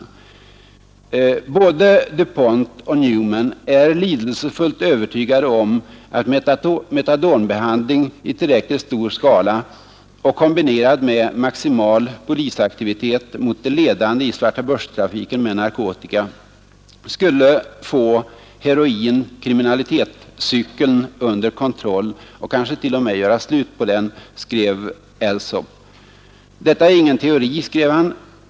Alsop skrev: ”Både DuPont och Newman är lidelsefullt övertygade om att metadonbehandling i tillräckligt stor skala och kombinerad med maximal polisaktivitet mot de ledande i svartabörstrafiken med narkotika skulle få heroin—kriminalitet-cykeln under kontroll och kanske t.o.m. göra slut på den. Detta är ingen teori.